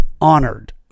honored